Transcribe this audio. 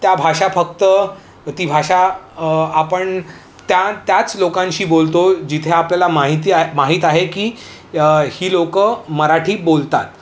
त्या भाषा फक्त ती भाषा आपण त्या त्याच लोकांशी बोलतो जिथे आपल्याला माहिती आहे माहीत आहे की ही लोक मराठी बोलतात